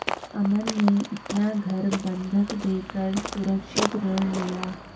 अमन ने अपना घर बंधक देकर सुरक्षित ऋण लिया